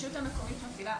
הרשות המקומית מפעילה.